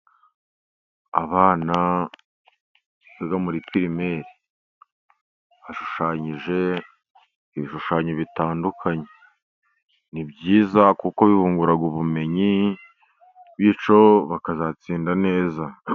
Abana biga muri pirimeri, bashushanyije ibishushanyo bitandukanye, ni byiza kuko bibungura ubumenyi, bityo bakazatsinda neza.